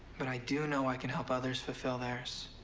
but i do know i can help others fulfill theirs.